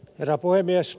herra puhemies